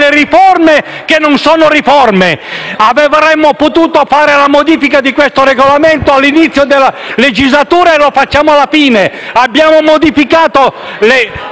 riforme che non sono tali, avremmo potuto fare la modifica di questo Regolamento all'inizio della legislatura e la facciamo alla fine, abbiamo modificato la